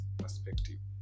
perspective